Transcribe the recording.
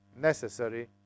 necessary